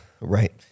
Right